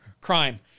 crime